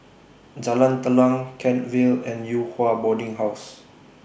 Jalan Telang Kent Vale and Yew Hua Boarding House